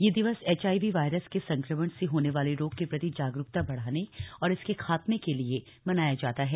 यह दिवस HIV virus के संक्रमण से होने वाले रोग के प्रति जागरुकता बढ़ाने और इसके खात्मे के लिये मनाया जाता है